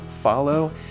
follow